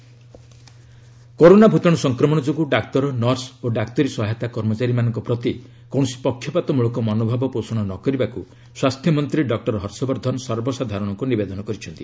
health minister discrimination corona ଭୂତାଣୁ ସଂକ୍ରମଣ ଯୋଗୁଁ ଡାକ୍ତର ନର୍ସ ଓ ଡାକ୍ତରୀ ସହାୟତା କର୍ମଚାରୀମାନଙ୍କ ପ୍ରତି କୌଣସି ପକ୍ଷପାତ ମୃଳକ ମନୋଭାବ ପୋଷଣ ନ କରିବାକୁ ସ୍ୱାସ୍ଥ୍ୟ ମନ୍ତ୍ରୀ ଡକୁର ହର୍ଷବର୍ଦ୍ଧନ ସର୍ବସାଧାରଣଙ୍କ ନିବେଦନ କରିଛନ୍ତି